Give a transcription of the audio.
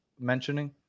mentioning